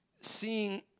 seeing